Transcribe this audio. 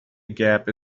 gap